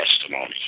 testimony